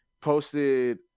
posted